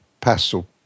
pastel